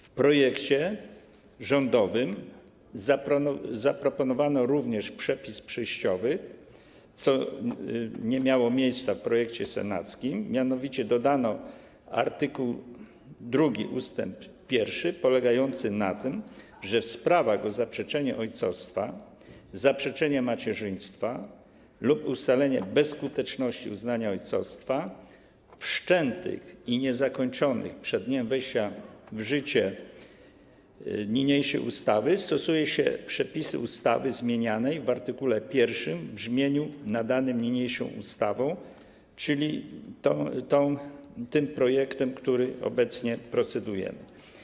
W projekcie rządowym zaproponowano również przepis przejściowy, co nie miało miejsca w przypadku projektu senackiego, mianowicie dodano art. 2 ust. 1 polegający na tym, że w sprawach o zaprzeczenie ojcostwa, zaprzeczenie macierzyństwa lub ustalenie bezskuteczności uznania ojcostwa wszczętych i niezakończonych przed dniem wejścia w życie niniejszej ustawy stosuje się przepisy ustawy zmienianej w art. 1 w brzmieniu nadanym niniejszą ustawą, czyli tym projektem, nad którym obecnie procedujemy.